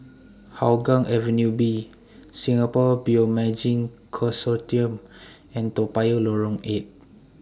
Hougang Avenue B Singapore Bioimaging Consortium and Toa Payoh Lorong eight